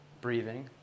Breathing